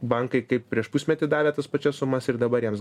bankai kaip prieš pusmetį davė tas pačias sumas ir dabar jiems